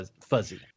fuzzy